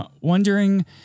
wondering